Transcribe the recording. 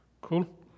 Cool